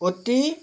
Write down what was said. অতি